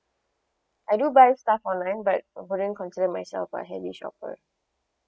I do buy stuff online but I don't consider myself a heavy shopper